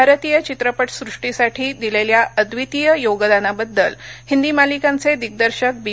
भारतीय चित्रपटसृष्टीसाठी दिलेल्या अद्वितीय योगदानाबद्दल हिंदी मालिकांचे दिग्दर्शक बी